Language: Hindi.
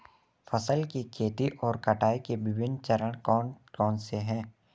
फसल की खेती और कटाई के विभिन्न चरण कौन कौनसे हैं?